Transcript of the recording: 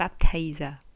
baptizer